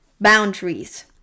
boundaries